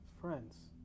friends